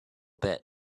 bit